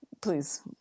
Please